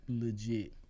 legit